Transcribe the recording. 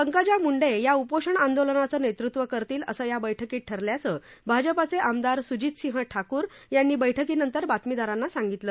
पंकजा मुंडे या उपोषण आंदोलनाचं नेतृत्व करतील असं या बैठकीत ठरल्याचं भाजपाचे आमदार स्जितसिंह ठाकूर यांनी बैठकीनंतर बातमीदारांना सांगितलं